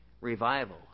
revival